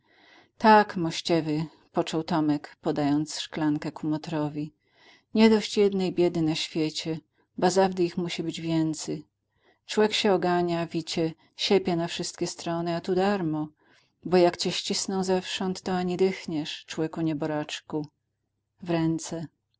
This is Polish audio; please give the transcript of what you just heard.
tak moiściewy począł tomek podając szklankę kumotrowi nie dość jednej biedy na świecie ba zawdy ich musi być więcy człek się ogania wicie siepie na wszystkie strony a tu darmo bo jak cię ścisną zewsząd to ani dychniesz człeku nieboraczku w ręce